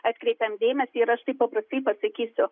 atkreipiam dėmesį ir aš taip paprastai pasakysiu